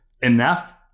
enough